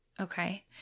okay